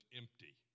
empty